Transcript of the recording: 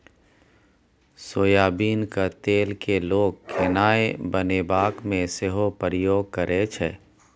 सोयाबीनक तेल केँ लोक खेनाए बनेबाक मे सेहो प्रयोग करै छै